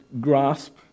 grasp